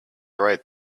right